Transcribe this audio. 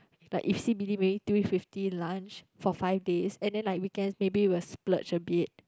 like if c_b_d maybe three fifty lunch for five days and then like weekend maybe we will splurge a bit